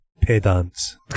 pedants